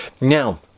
Now